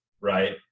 right